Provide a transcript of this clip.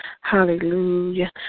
Hallelujah